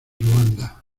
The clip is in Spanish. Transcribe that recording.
ruanda